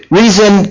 reason